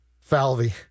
Falvey